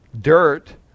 dirt